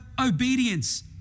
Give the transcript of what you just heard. obedience